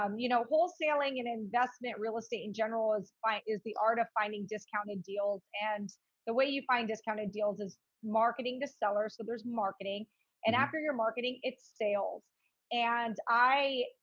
um you know, wholesaling and investment real estate in general is, is the art of finding discounted deals. and the way you find discounted deals is marketing to sellers. so there's marketing and after your marketing it's sales and i,